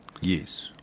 Yes